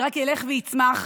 זה רק ילך ויצמח,